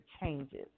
changes